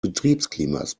betriebsklimas